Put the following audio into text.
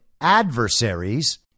adversaries